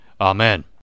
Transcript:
Amen